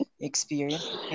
experience